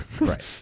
right